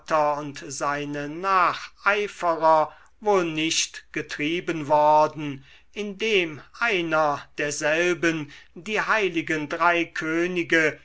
und seine nacheiferer wohl nicht getrieben worden indem einer derselben die heiligen drei könige